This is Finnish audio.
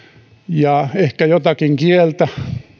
ja ehkä jotakin kieltä